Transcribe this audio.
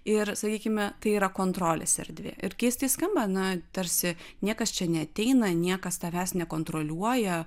ir sakykime tai yra kontrolės erdvė ir keistai skamba na tarsi niekas čia neateina niekas tavęs nekontroliuoja